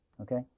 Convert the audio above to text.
okay